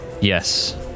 Yes